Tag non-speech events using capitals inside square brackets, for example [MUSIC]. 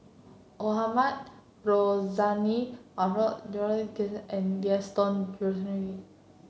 Mohamed Rozani [UNINTELLIGIBLE] and Gaston Dutronquoy